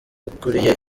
ukuriye